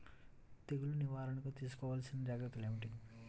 తెగులు నివారణకు తీసుకోవలసిన జాగ్రత్తలు ఏమిటీ?